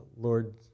Lord